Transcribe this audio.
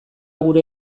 gure